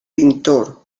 pintor